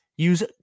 Use